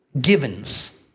givens